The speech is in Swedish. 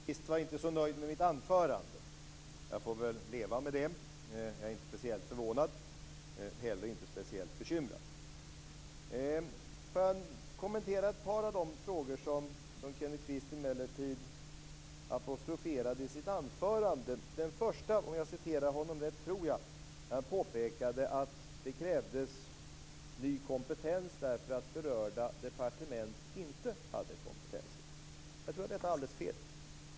Fru talman! Kenneth Kvist var inte så nöjd med mitt anförande. Jag får väl leva med det. Jag är inte speciellt förvånad, men jag är heller inte speciellt bekymrad. Jag ska kommentera ett par av de frågor som Kenneth Kvist emellertid apostroferade i sitt anförande. Först påpekade han, och jag tror att jag citerar honom rätt, att det krävdes ny kompetens därför att berörda departement inte hade kompetensen. Jag tror att det är alldeles fel.